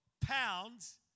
pounds